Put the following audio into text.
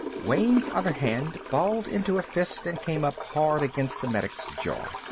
wayne's other hand balled into a fist and came up hard against the medic's jaw.